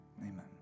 amen